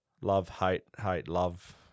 love-hate-hate-love